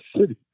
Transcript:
city